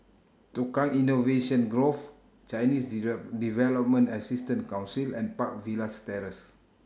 Tukang Innovation Grove Chinese Development Assistance Council and Park Villas Terrace